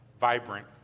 vibrant